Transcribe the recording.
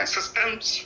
Systems